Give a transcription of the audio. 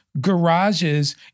garages